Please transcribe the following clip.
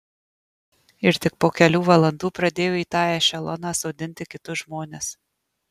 ir tik po kelių valandų pradėjo į tą ešeloną sodinti kitus žmones